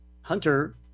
Hunter